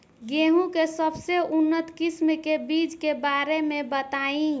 गेहूँ के सबसे उन्नत किस्म के बिज के बारे में बताई?